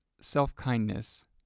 self-kindness